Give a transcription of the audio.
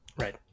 Right